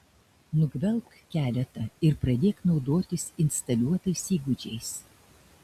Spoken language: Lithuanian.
nugvelbk keletą ir pradėk naudotis instaliuotais įgūdžiais